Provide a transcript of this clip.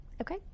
Okay